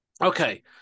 Okay